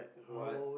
what